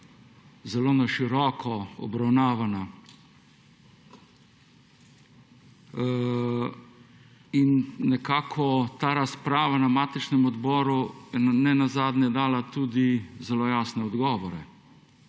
zelo na široko obravnavana. In nekako ta razprava na matičnem odboru je nenazadnje dala tudi zelo jasne odgovore